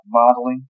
modeling